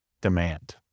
demand